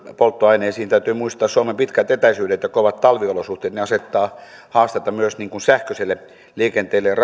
polttoaineisiin täytyy muistaa suomen pitkät etäisyydet ja kovat talviolosuhteet ne asettavat haastetta myös sähköiselle liikenteelle ja